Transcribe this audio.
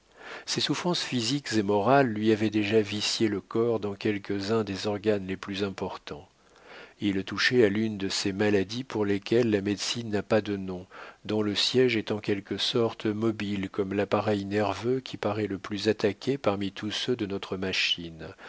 ses souffrances physiques et morales lui avaient déjà vicié le corps dans quelques-uns des organes les plus importants il touchait à l'une de ces maladies pour lesquelles la médecine n'a pas de nom dont le siége est en quelque sorte mobile comme l'appareil nerveux qui paraît le plus attaqué parmi tous ceux de notre machine